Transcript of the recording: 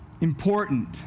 important